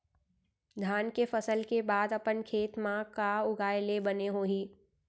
धान के फसल के बाद अपन खेत मा का उगाए ले बने होही?